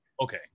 okay